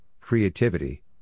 creativity